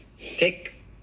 Take